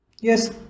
Yes